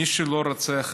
מי שלא רוצה,